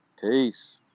peace